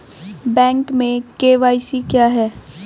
Bank में KYC क्या है?